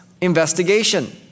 investigation